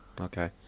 Okay